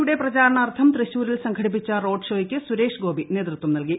യുടെ പ്രചാരണാർത്ഥം തൃശ്ശൂരിൽ സംഘടിപ്പിച്ച റോഡ് ഷോയ്ക്ക് സുരേഷ്ഗോപി നേതൃത്വം നൽകി